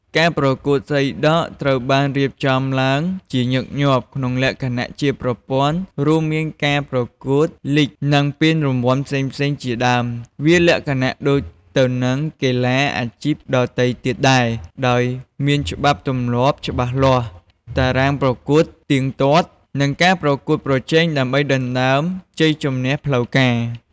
ការប្រកួតកីឡាសីដក់ត្រូវបានរៀបចំឡើងជាញឹកញាប់ក្នុងលក្ខណៈជាប្រព័ន្ធ រួមមានការប្រកួតលីគ និងពានរង្វាន់ផ្សេងៗជាដើម វាលក្ខណៈដូចទៅនឹងកីឡាអាជីពដទៃទៀតដែរ ដោយមានច្បាប់ទម្លាប់ច្បាស់លាស់ តារាងប្រកួតទៀងទាត់ និងការប្រកួតប្រជែងដើម្បីដណ្តើមជ័យជម្នះផ្លូវការ។